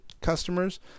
customers